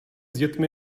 dětmi